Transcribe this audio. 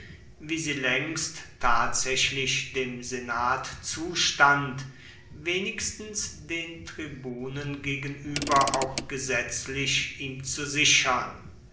wie sie längst tatsächlich dem senat zustand wenigstens den tribunen gegenüber auch gesetzlich ihm zu sichern